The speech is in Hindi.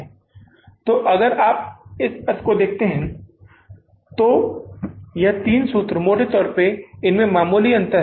तो अगर आप इस अर्थ को देखते हैं तो ये तीन सूत्र मोटे तौर पर इनमें मामूली अंतर है